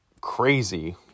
crazy